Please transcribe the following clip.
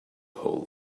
whole